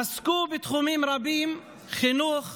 עסקו בתחומים רבים: חינוך,